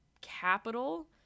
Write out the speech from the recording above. capital